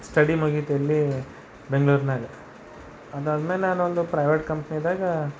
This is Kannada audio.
ಸ್ಟಡಿ ಮುಗೀತಿಲ್ಲಿ ಬೆಂಗಳೂರಿನಾಗೆ ಅದಾದ್ಮೇಲೆ ನಾನೊಂದು ಪ್ರೈವೇಟ್ ಕಂಪ್ನಿದಾಗೆ